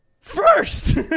First